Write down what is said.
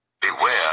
beware